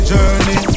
Journey